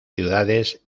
ciudades